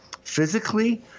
physically